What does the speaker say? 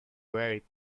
very